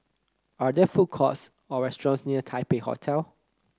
are there food courts or restaurants near Taipei Hotel